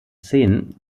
szenen